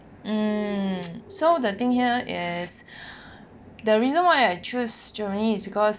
mm so the thing here is the reason why I choose germany is because